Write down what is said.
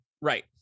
Right